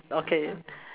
okay